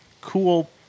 cool